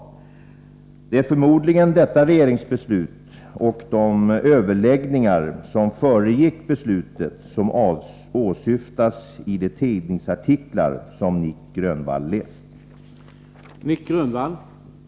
Det är förmodligen detta regeringsbeslut och de överläggningar som föregick beslutet som åsyftas i de tidningsartiklar som Nic Grönvall har läst.